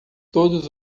todos